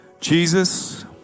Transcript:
Jesus